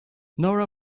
nora